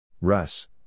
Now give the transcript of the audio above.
Russ